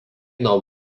nuo